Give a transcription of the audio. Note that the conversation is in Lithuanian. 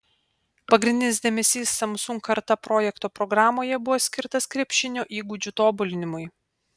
pagrindinis dėmesys samsung karta projekto programoje buvo skirtas krepšinio įgūdžių tobulinimui